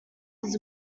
was